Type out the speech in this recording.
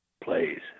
plays